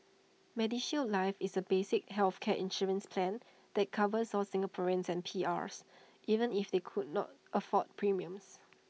medishield life is A basic healthcare insurance plan that covers all Singaporeans and PRs even if they could not afford premiums